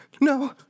No